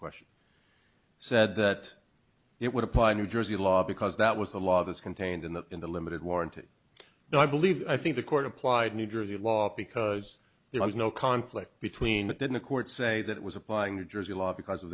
question said that it would apply new jersey law because that was the law that's contained in the in the limited warranty i believe i think the court applied new jersey law because there was no conflict between then the court say that it was applying new jersey law because of